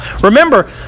remember